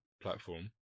platform